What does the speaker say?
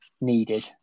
needed